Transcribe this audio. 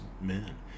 men